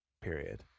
period